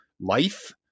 Life